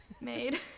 made